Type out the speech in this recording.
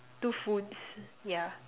two foods yeah